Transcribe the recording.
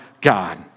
God